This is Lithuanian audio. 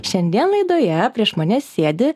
šiandien laidoje prieš mane sėdi